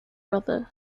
brother